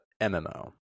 MMO